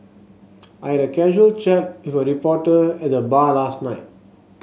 I had casual chat with a reporter at the bar last night